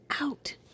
Out